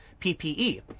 PPE